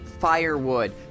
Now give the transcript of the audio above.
firewood